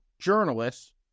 journalists